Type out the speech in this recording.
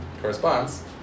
corresponds